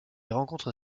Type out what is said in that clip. rencontre